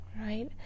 right